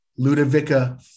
Ludovica